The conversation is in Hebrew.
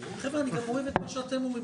אני גם אוהב את מה שאתם אומרים,